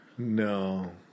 No